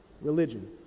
religion